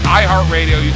iHeartRadio